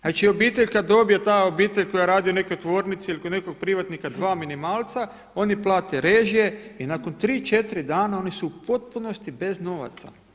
Znači obitelj kad dobije ta, obitelj koja radi u nekoj tvornici ili kod nekog privatnika dva minimalca oni plate režije i nakon 3, 4 dana oni su u potpunosti bez novaca.